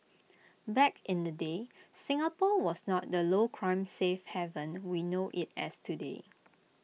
back in the day Singapore was not the low crime safe haven we know IT as today